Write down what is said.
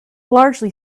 largely